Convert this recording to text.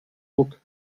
ruck